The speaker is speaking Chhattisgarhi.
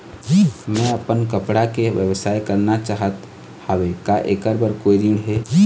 मैं अपन कपड़ा के व्यवसाय करना चाहत हावे का ऐकर बर कोई ऋण हे?